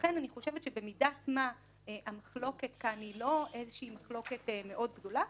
לכן אני חושבת שבמידת מה המחלוקת כאן היא לא איזושהי מחלוקת מאוד גדולה,